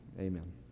Amen